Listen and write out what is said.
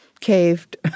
caved